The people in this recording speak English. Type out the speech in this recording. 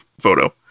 photo